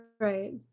Right